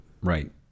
Right